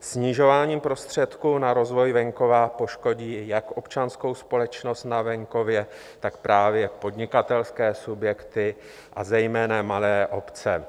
Snižování prostředků na rozvoj venkova poškodí jak občanskou společnost na venkově, tak právě podnikatelské subjekty, a zejména malé obce.